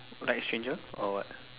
like stranger or what